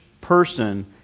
person